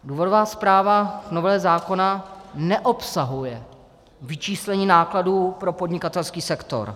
Důvodová zpráva nového zákona neobsahuje vyčíslení nákladů pro podnikatelský sektor.